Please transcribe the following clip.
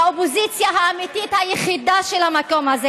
האופוזיציה האמיתית היחידה של המקום הזה,